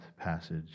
passage